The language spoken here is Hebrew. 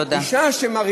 תודה.